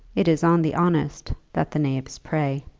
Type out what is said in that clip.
it is on the honest that the knaves prey.